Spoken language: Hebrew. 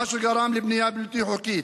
מה שגרם לבנייה בלתי חוקית,